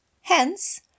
Hence